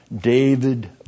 David